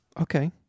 Okay